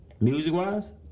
music-wise